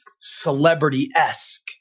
celebrity-esque